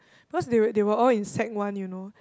because they were they were all in sec-one you know